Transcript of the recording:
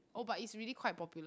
oh but it's really quite popular